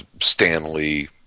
Stanley